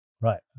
right